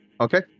Okay